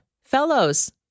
Fellows